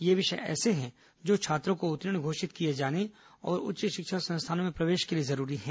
ये विषय ऐसे हैं जो छात्रों को उत्तीर्ण घोषित किये जाने और उच्च शिक्षा संस्थानों में प्रवेश के लिए जरूरी हैं